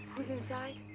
who's inside?